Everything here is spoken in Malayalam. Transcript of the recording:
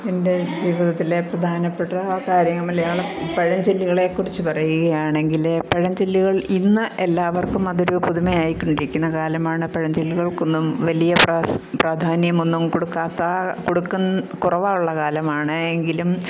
എൻ്റെ ജീവിതത്തിലെ പ്രധാനപ്പെട്ട കാര്യങ്ങൾ മലയാളം പഴഞ്ചൊല്ലുകളെക്കുറിച്ച് പറയുകയാണെങ്കിൽ പഴഞ്ചൊല്ലുകൾ ഇന്ന് എല്ലാവർക്കും അതൊരു പുതുമയായ്ക്കൊണ്ടിരിക്കുന്ന കാലമാണ് പഴഞ്ചൊല്ലുകൾക്കൊന്നും വലിയ പ്രാധാന്യം ഒന്നും കൊടുക്കാത്ത കൊടുക്കുന്നില്ല കുറവുള്ള കാലമാണ് എങ്കിലും